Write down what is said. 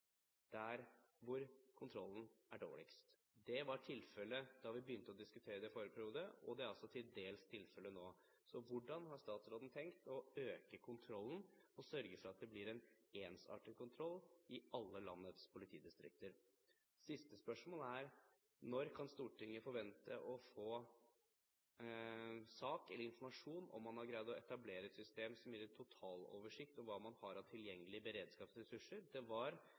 der hvor kontrollen er dårligst. Det var tilfellet da vi begynte å diskutere det i forrige periode, og det er altså til dels tilfellet nå. Så hvordan har statsråden tenkt å øke kontrollen og sørge for at det blir en ensartet kontroll i alle landets politidistrikter? Siste spørsmål er: Når kan Stortinget forvente å få en sak eller informasjon om man har greid å etablere et system som gir en totaloversikt over hva man har av tilgjengelige beredskapsressurser?